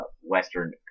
Western